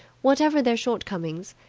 whatever their shortcomings,